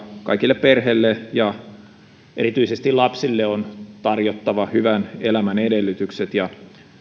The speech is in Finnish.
kaikille perheille ja erityisesti lapsille on tarjottava hyvän elämän edellytykset ja